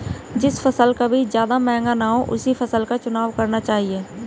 जिस फसल का बीज ज्यादा महंगा ना हो उसी फसल का चुनाव करना चाहिए